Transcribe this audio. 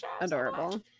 adorable